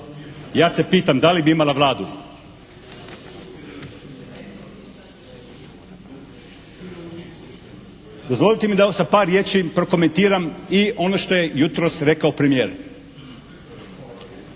Ja se pitam, da li bi imala Vladu? Dozvolite mi da još sa par riječi prokomentiram i ono što je jutros rekao premijer.